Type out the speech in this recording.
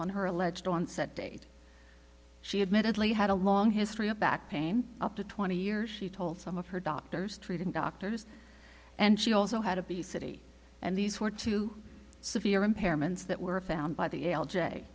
when her alleged onset date she admitted li had a long history of back pain up to twenty years she told some of her doctors treating doctors and she also had obesity and these were two severe impairments that were found by the l j